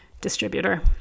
distributor